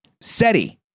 SETI